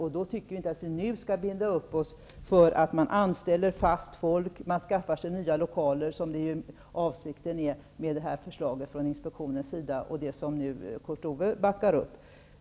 Jag tycker inte att vi nu skall binda upp oss för att fast personal skall anställas och nya lokaler anskaffas -- som avsikten är med förslaget från inspektionens sida och som Kurt Ove Johansson backar upp.